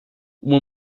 uma